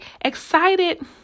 excited